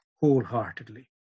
wholeheartedly